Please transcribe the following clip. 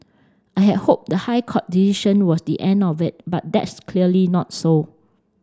I had hoped the High Court decision was the end of it but that's clearly not so